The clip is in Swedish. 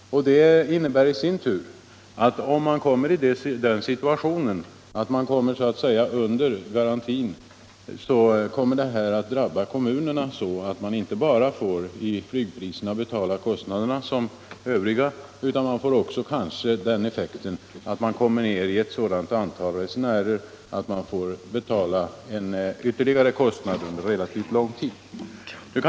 Om man så att säga hamnar under garantin kommer prishöjningen att drabba denna kommun dubbelt: dels får man betala de höjda flygpriserna som de övriga, dels sjunker antalet resenärer så att man kan få betala en ytterligare kostnad under relativt lång tid.